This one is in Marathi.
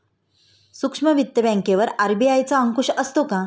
सूक्ष्म वित्त बँकेवर आर.बी.आय चा अंकुश असतो का?